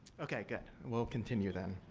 okay, good. we'll continue then.